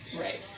Right